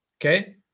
Okay